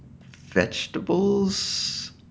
vegetables